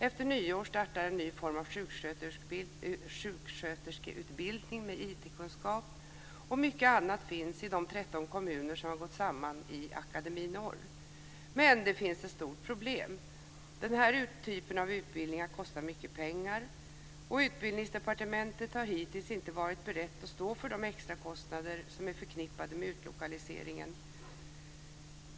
Efter nyår startar en ny form av sjuksköterskeutbildning med IT-kunskap. Och mycket annat finns i de 13 kommuner som har gått samman i Akademi Norr. Men det finns ett stort problem. Den här typen av utbildningar kostar mycket pengar. Utbildningsdepartementet har hittills inte varit berett att stå för de extra kostnader som är förknippade med utlokaliseringen.